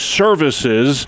services